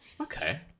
Okay